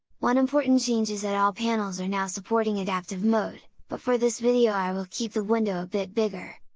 one important change is that all panels are now supporting adaptive mode, but for this video i will keep the window window a bit bigger!